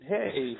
Hey